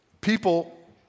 People